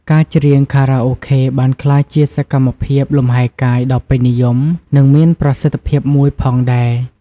ការច្រៀងខារ៉ាអូខេបានក្លាយជាសកម្មភាពលំហែកាយដ៏ពេញនិយម និងមានប្រសិទ្ធភាពមួយផងដែរ។